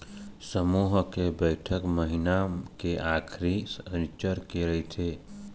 समूह के बइठक महिना के आखरी सनिच्चर के रहिथे